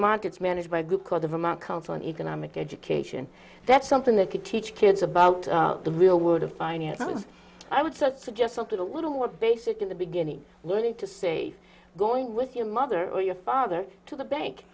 markets managed by a group called the vermont council an economic education that's something that could teach kids about the real world of finance was i would suggest something a little more basic in the beginning learning to say going with your mother or your father to the bank